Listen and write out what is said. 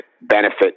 benefit